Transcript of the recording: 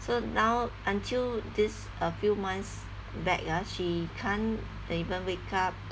so now until this uh few months back ah she can't even wake up to